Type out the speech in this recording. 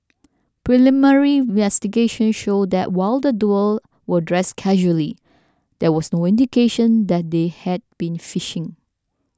preliminary investigations showed that while the duo were dressed casually there was no indication that they had been fishing